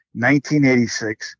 1986